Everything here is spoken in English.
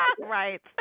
Right